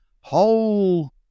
whole